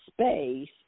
space